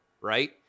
right